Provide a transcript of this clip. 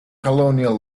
colonial